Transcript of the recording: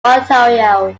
ontario